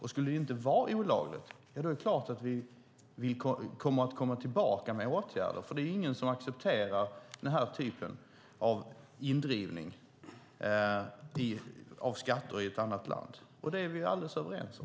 Skulle det inte vara olagligt är det klart att vi kommer att komma tillbaka med åtgärder eftersom det inte är någon som accepterar denna typ av indrivning av skatter i ett annat land. Det är vi överens om.